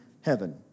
heaven